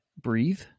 breathe